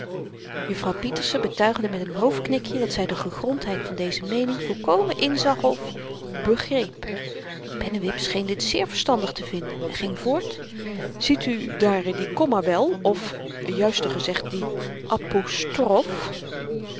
juffrouw pieterse betuigde met n hoofdknikje dat zy de gegrondheid van deze meening volkomen inzag of begreep pennewip scheen dit zeer verstandig te vinden en ging voort ziet uwe daar die komma wel of juister gezegd die apostrofe